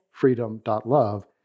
freedom.love